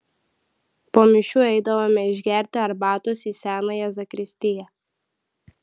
po mišių eidavome išgerti arbatos į senąją zakristiją